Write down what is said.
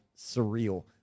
surreal